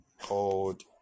called